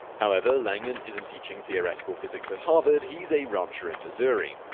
however, langan isn't teaching theoretical physics at harvard he's a rancher in missouri.